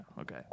Okay